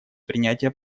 принятия